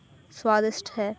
ਸਵਾਦਿਸ਼ਟ ਹੈ